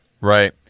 Right